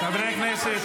חברי הכנסת,